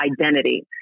identity